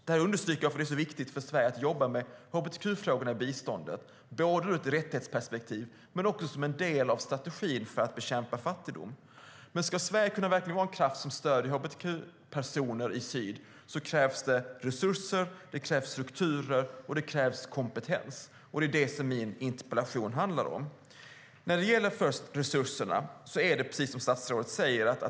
Det understryker varför det är så viktigt för Sverige att jobba med hbtq-frågorna i biståndet både ur ett rättighetsperspektiv och som en del av strategin för att bekämpa fattigdom. Ska Sverige kunna vara en kraft som verkligen stöder hbtq-personer i syd krävs det resurser, strukturer och kompetens. Det är vad min interpellation handlar om. När det först gäller resurserna är det precis som statsrådet säger.